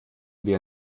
wir